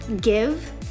give